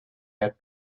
had